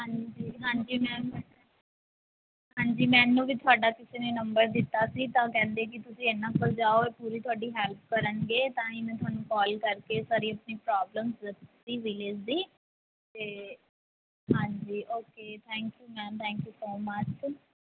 ਹਾਂਜੀ ਹਾਂਜੀ ਮੈਮ ਹਾਂਜੀ ਮੈਨੂੰ ਵੀ ਤੁਹਾਡਾ ਕਿਸੇ ਨੇ ਨੰਬਰ ਦਿੱਤਾ ਸੀ ਤਾਂ ਉਹ ਕਹਿੰਦੇ ਕਿ ਤੁਸੀਂ ਇਹਨਾਂ ਕੋਲ ਜਾਓ ਇਹ ਪੂਰੀ ਤੁਹਾਡੀ ਹੈਲਪ ਕਰਨਗੇ ਤਾਂ ਹੀ ਮੈਂ ਤੁਹਾਨੂੰ ਕਾਲ ਕਰਕੇ ਸਾਰੀ ਆਪਣੀ ਪ੍ਰੋਬਲਮ ਦੱਸੀ ਵਿਲੇਜ ਦੀ ਅਤੇ ਹਾਂਜੀ okay thank you ma'am thank you so much